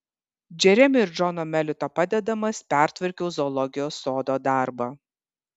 džeremio ir džono melito padedamas pertvarkiau zoologijos sodo darbą